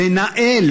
לנהל,